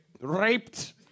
raped